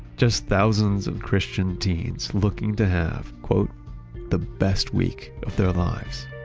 just thousands of christian teens looking to have the best week of their lives.